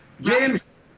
James